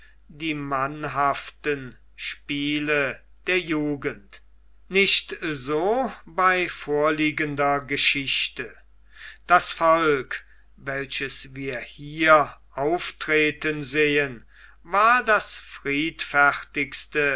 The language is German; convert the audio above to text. die mannhaften spiele der jugend nicht so bei vorliegender geschichte das volk welches wir hier auftreten sehen war das friedfertigste